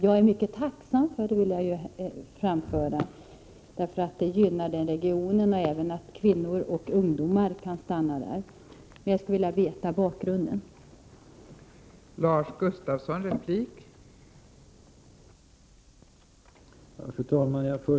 Jag vill i och för sig säga att jag är mycket tacksam för det, eftersom det gynnar Sundsvallsregionen och bidrar till att kvinnor och ungdomar kan stanna där, men jag skulle vilja veta vad som är bakgrunden till uttalandet.